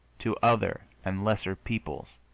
to other and lesser peoples,